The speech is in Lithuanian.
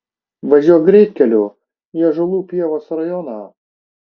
važiuok greitkeliu į ąžuolų pievos rajoną